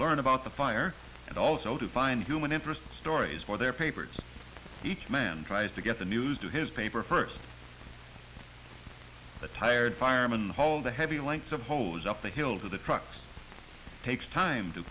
learn about the fire and also to find human interest stories for their papers each man tries to get the news to his paper firsts the tired firemen haul the heavy lengths of hose up the hill to the trucks takes time to